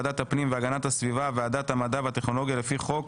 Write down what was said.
ועדת הפנים והגנת הסביבה וועדת המדע והטכנולוגיה לפי חוק